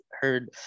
heard